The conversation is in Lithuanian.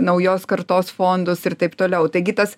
naujos kartos fondus ir taip toliau taigi tas